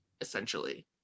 essentially